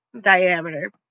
diameter